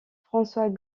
françois